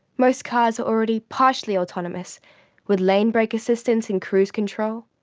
most cars are already partially autonomous with lane brake assistance and cruise control.